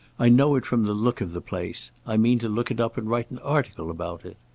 i know it from the look of the place. i mean to look it up and write an article about it.